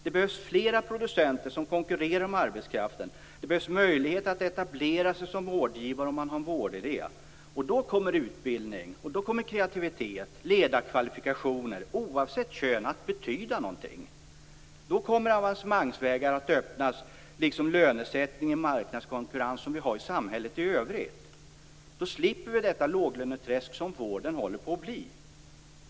Det behövs fler producenter som konkurrerar om arbetskraften. Det behövs möjligheter att etablera sig som vårdgivare om man har en vårdidé. Då kommer utbildning, kreativitet, ledarkvalifikationer - oavsett kön - att betyda någonting. Då kommer avancemangsvägar att öppnas, liksom lönesättning och marknadskonkurrens - så som det är i samhället i övrigt. Då slipper vi det låglöneträsk som vården håller på att bli.